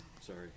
Sorry